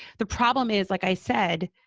the problem is, like i said,